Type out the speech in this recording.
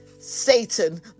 Satan